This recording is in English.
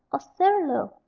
or serlo,